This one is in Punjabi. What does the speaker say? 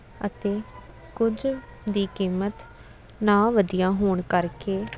ਅਤੇ ਕੁਝ ਦੀ ਕੀਮਤ ਨਾ ਵਧੀਆ ਹੋਣ ਕਰਕੇ